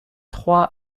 trois